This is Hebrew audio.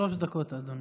שלוש דקות, אדוני.